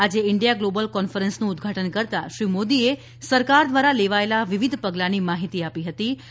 આજે India global કોન્ફરન્સનું ઉધ્ધાટન કરતાં શ્રી મોદીએ સરકાર દ્રારા લેવાયેલાં વિવિધ પગલાંની માહીતી આપી હતીં